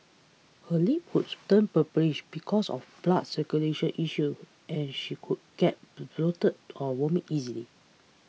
her lips would turn purplish because of blood circulation issues and she could get bloated or vomit easily